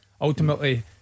ultimately